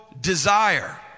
desire